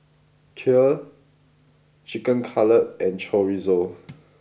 Kheer Chicken Cutlet and Chorizo